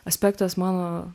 aspektas mano